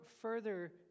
further